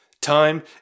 Time